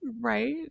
Right